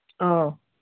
ꯑꯧ